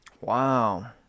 Wow